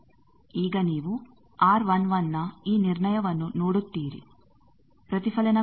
ಈಗ ನೀವು R11 ನ ಈ ನಿರ್ಣಯವನ್ನು ನೋಡುತ್ತೀರಿ ಪ್ರತಿಫಲನ ಪ್ರಕರಣ